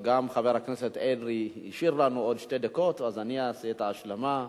חבר הכנסת אדרי השאיר לנו שתי דקות ואני אעשה את ההשלמה.